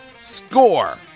Score